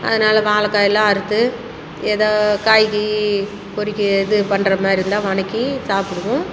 அதனால வாழக்காயெல்லாம் அறுத்து எதோ காய் கீயி பொறிக்க இது பண்ணுற மாதிரி இருந்தால் வனக்கி சாப்பிடுவோம்